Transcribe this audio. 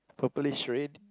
purplish red